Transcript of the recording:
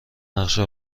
نقشه